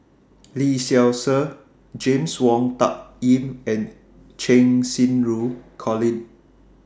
Lee Seow Ser James Wong Tuck Yim and Cheng Xinru Colin